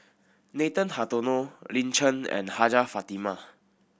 Nathan Hartono Lin Chen and Hajjah Fatimah